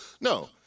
No